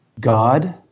God